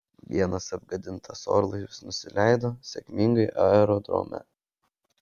vienas apgadintas orlaivis nusileido sėkmingai aerodrome